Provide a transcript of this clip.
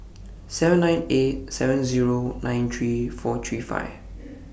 seven nine eight seven Zero nine three four three five